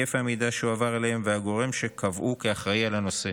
היקף המידע שהועבר אליהן והגורם שקבעו כאחראי לנושא.